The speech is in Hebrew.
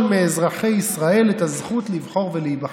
מאזרחי ישראל את הזכות לבחור ולהיבחר.